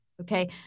okay